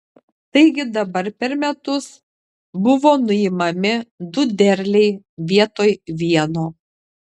taigi dabar per metus buvo nuimami du derliai vietoj vieno